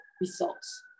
results